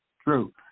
True